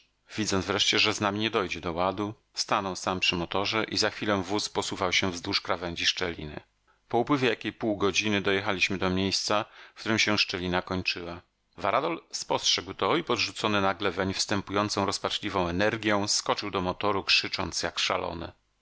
widząc wreszcie że z nami nie dojdzie do ładu stanął sam przy motorze i za chwilę wóz posuwał się wzdłuż krawędzi szczeliny po upływie jakiej półgodziny dojechaliśmy do miejsca w którem się szczelina kończyła varadol spostrzegł to i podrzucony nagle weń wstępującą rozpaczliwą energją skoczył do motoru krzycząc jak szalony